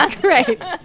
Great